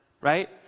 right